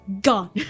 gone